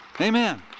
Amen